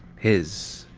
his.